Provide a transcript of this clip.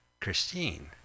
Christine